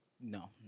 no